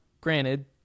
granted